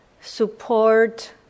support